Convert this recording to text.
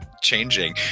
changing